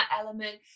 element